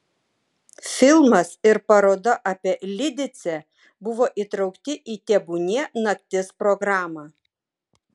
filmas ir paroda apie lidicę buvo įtraukti į tebūnie naktis programą